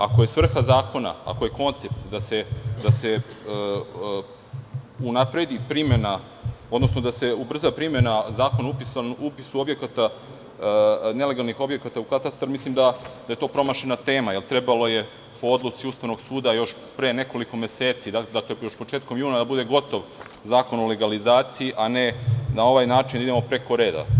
Ako je svrha zakona, ako je koncept da se unapredi primena, odnosno da se ubrza primena Zakona o upisu nelegalnih objekata u katastar, mislim da je to promašena tema, jer trebalo je po odluci Ustavnog suda još pre nekoliko meseci, još početkom juna, da bude gotov Zakon o legalizaciji, a ne na ovaj način da idemo preko reda.